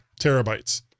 terabytes